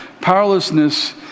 Powerlessness